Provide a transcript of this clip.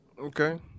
Okay